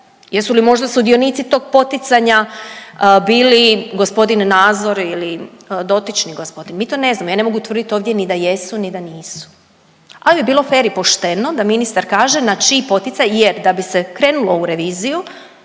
Jesu li možda sudionici tog poticanja bili gospodin Nazor ili dotični gospodin. Mi to ne znamo, ja ne mogu tvrdit ovdje ni da jesu, ni da nisu ali bi bilo fer i pošteno da ministar kaže na čiji poticaj jer da bi se krenulo u reviziju,